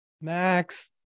Max